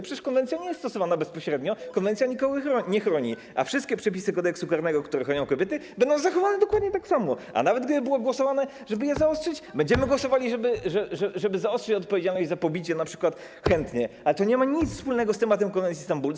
Przecież konwencja nie jest stosowana bezpośrednio, konwencja nikogo nie chroni, a wszystkie przepisy Kodeksu karnego, które chronią kobiety, będą zachowane dokładnie tak samo, a nawet gdyby było głosowane, żeby je zaostrzyć, będziemy głosowali, żeby zaostrzyć odpowiedzialność np. za pobicie chętnie, ale to nie ma nic wspólnego z tematem konwencji stambulskiej.